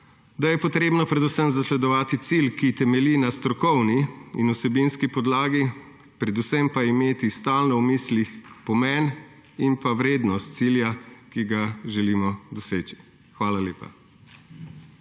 da je treba predvsem zasledovati cilj, ki temelji na strokovni in vsebinski podlagi, predvsem pa imeti stalno v mislih pomen in pa vrednost cilja, ki ga želimo doseči. Hvala lepa.